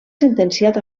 sentenciat